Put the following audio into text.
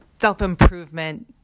self-improvement